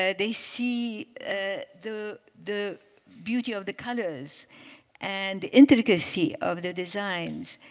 ah they see ah the the beauty of the colors and the intricacy of the designs.